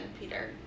Peter